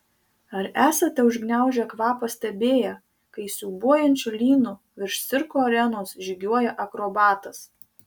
ar esate užgniaužę kvapą stebėję kai siūbuojančiu lynu virš cirko arenos žygiuoja akrobatas